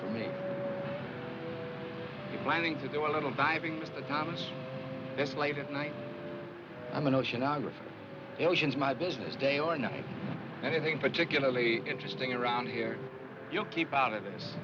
for me planning to do a little diving thomas this late at night i'm an oceanographer emotions my business day or night and i think particularly interesting around here you keep out of